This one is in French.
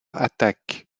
attaque